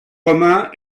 romain